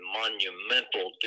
monumental